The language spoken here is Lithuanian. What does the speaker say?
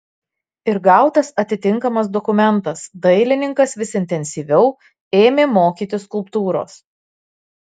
ir gautas atitinkamas dokumentas dailininkas vis intensyviau ėmė mokytis skulptūros